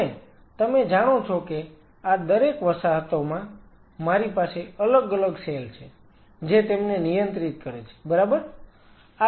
અને તમે જાણો છો કે આ દરેક વસાહતોમાં મારી પાસે અલગ અલગ સેલ છે જે તેમને નિયંત્રિત કરે છે બરાબર